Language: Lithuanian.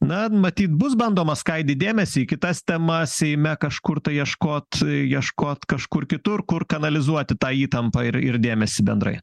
na matyt bus bandoma skaidyt dėmesį į kitas temas seime kažkur tai ieškot ieškot kažkur kitur kur kanalizuoti tą įtampą ir ir dėmesį bendrai